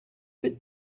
but